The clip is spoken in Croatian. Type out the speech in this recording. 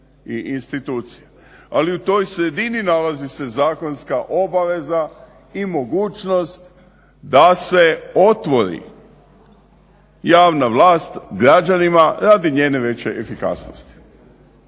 Ali u toj sredini nalazi se zakonska obaveza i mogućnost da se otvori javna vlast građanima radi njene veće efikasnosti.